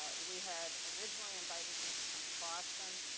but we had originally invited him to come to boston,